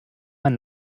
man